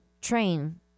train